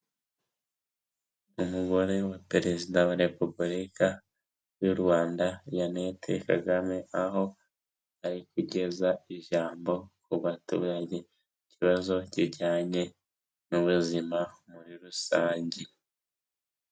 Umugore wa Perezida wa Repubulika y'u Rwanda Jeanette Kagame aho ari kugeza ijambo ku baturage, ikibazo kijyanye n'ubuzima muri rusange.